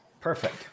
Perfect